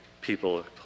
people